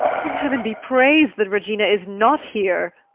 then heaven be praised that regina is not here.